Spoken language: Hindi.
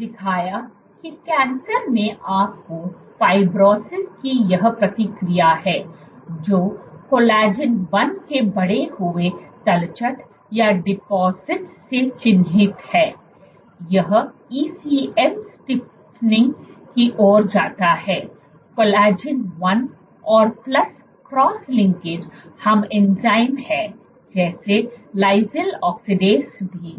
और दिखाया कि कैंसर में आपको फाइब्रोसिस की यह प्रतिक्रिया है जो कोलेजन 1 के बढ़े हुए तलछट से चिह्नित है यह ECM स्टिफनिंग की ओर जाता है कोलेजन 1 और प्लस क्रॉस लिंकिंग हम एंजाइम हैं जैसे लाइसिल ऑक्सीडेज भी